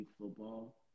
football –